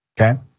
okay